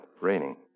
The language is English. Raining